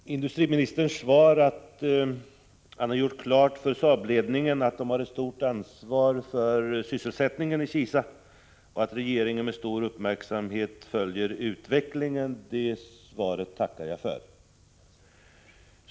Fru talman! Industriministerns svar, att han har gjort klart för Saabledningen att den har ett stort ansvar för sysselsättningen i Kisa och att regeringen med stor uppmärksamhet följer utvecklingen, tackar jag för.